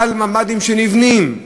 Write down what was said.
על ממ"דים שנבנים,